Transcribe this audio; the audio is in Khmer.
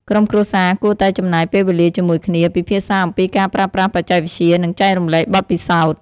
ក្រុមគ្រួសារគួរតែចំណាយពេលវេលាជាមួយគ្នា ពិភាក្សាអំពីការប្រើប្រាស់បច្ចេកវិទ្យា និងចែករំលែកបទពិសោធន៍។